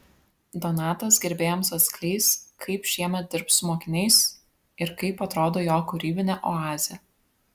donatas gerbėjams atskleis kaip šiemet dirbs su mokiniais ir kaip atrodo jo kūrybinė oazė